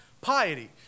piety